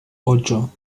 ocho